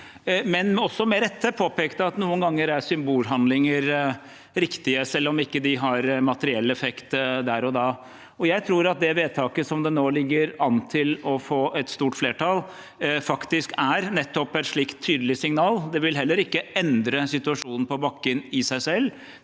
men også med rette påpekte at noen ganger er symbolhandlinger riktige, selv om de ikke har materiell effekt der og da. Jeg tror at det forslaget som nå ligger an til å få et stort flertall, nettopp er et slikt tydelig signal. Det vil heller ikke i seg selv endre situasjonen på bakken. Men det